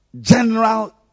general